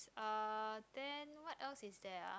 uh then what else is there ah